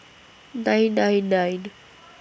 nine nine nine